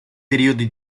periodi